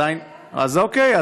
אז אוקיי,